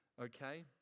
okay